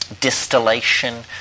distillation